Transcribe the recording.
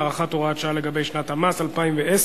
הארכת הוראת השעה לגבי שנת המס 2010),